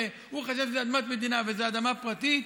הוא חשב שזו אדמת מדינה וזו אדמה פרטית,